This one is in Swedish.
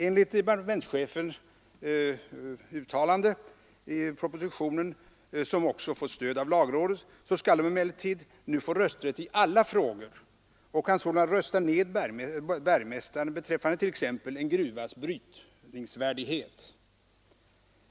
Enligt departementschefens uttalande i propositionen, vilket också fått stöd av lagrådet, skall de emellertid nu få rösträtt i alla frågor och kan således rösta ned bergmästaren beträffande t.ex. en gruvas brytvärdighet.